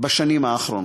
בשנים האחרונות.